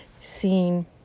seen